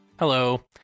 Hello